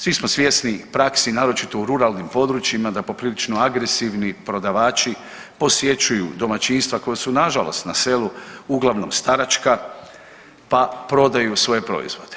Svi smo svjesni praksi naročito u ruralnim područjima da poprilično agresivni prodavači posjećuju domaćinstva koja su nažalost na selu uglavnom staračka pa prodaju svoje proizvode.